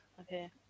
okay